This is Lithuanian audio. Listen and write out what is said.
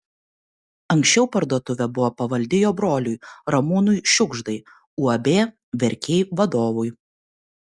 anksčiau parduotuvė buvo pavaldi jo broliui ramūnui šiugždai uab verkiai vadovui